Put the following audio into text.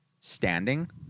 standing